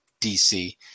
DC